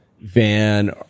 Van